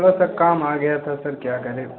थोड़ा सा काम आ गया था सर क्या करें